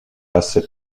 passer